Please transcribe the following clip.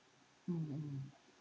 mm